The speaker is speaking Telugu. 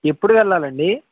ఎప్పుడు వెళ్ళాలండి